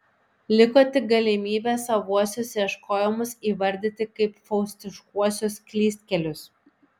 liko tik galimybė savuosius ieškojimus įvardyti kaip faustiškuosius klystkelius